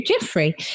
Jeffrey